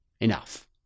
Enough